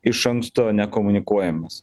iš anksto nekomunikuojamos